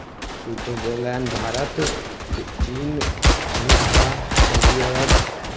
Switzerland Bharat चीन America Saudi अरब